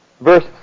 verse